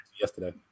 Yesterday